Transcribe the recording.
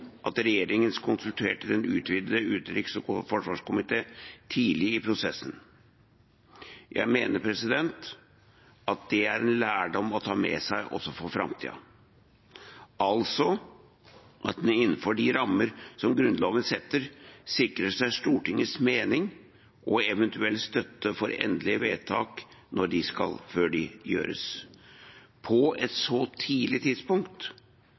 at regjeringen konsulterte den utvidete utenriks- og forsvarskomité tidlig i prosessen. Jeg mener at det er en lærdom å ta med seg også for framtiden, altså at en innenfor de rammer som Grunnloven setter, sikrer seg Stortingets mening og eventuelle støtte før endelig vedtak fattes, på et så tidlig tidspunkt